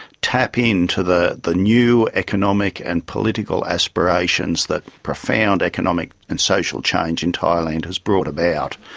tap in to the the new economic and political aspirations that profound economic and social change in thailand has brought about.